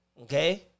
Okay